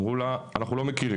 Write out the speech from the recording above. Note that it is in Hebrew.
אמרו לה אנחנו לא מכירים.